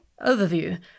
Overview